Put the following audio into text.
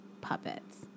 puppets